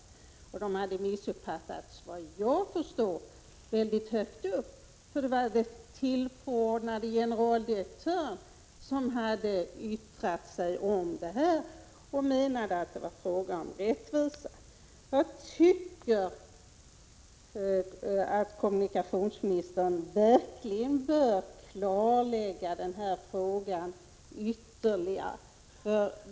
Efter vad jag förstår hade de missuppfattats mycket högt upp inom postverket, för det var den tillförordnade generaldirektören som hade yttrat sig i frågan och menat att det var fråga om rättvisa. Jag tycker att kommunikationsministern bör klarlägga den här frågan ytterligare.